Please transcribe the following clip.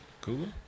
Cool